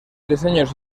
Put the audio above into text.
diseños